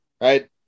right